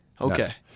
Okay